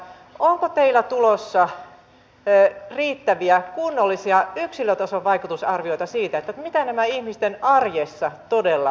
onko teillä tulossa riittäviä kunnollisia yksilötason vaikutusarvioita siitä mitä nämä ihmisten arjessa todella tarkoittavat